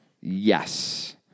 Yes